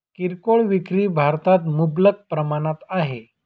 किरकोळ विक्री भारतात मुबलक प्रमाणात आहे